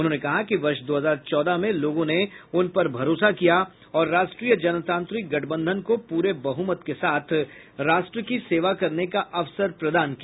उन्होंने कहा कि वर्ष दो हजार चौदह में लोगों ने उन पर भरोसा किया और राष्ट्रीय जनतांत्रिक गठबंधन को पूरे बहुमत के साथ राष्ट्र की सेवा करने का अवसर प्रदान किया